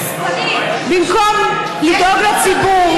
במקום לדאוג לציבור.